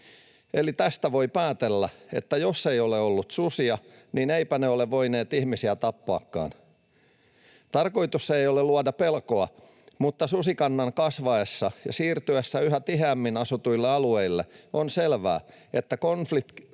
Eli tästä voi päätellä, että jos ei ole ollut susia, niin eivätpä ne ole voineet ihmisiä tappaakaan. Tarkoitus ei ole luoda pelkoa, mutta susikannan kasvaessa ja siirtyessä yhä tiheämmin asutuille alueille on selvää, että konfliktin